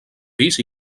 pis